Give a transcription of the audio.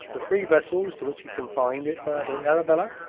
the three vessels to which he confined it were the arabella,